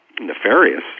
nefarious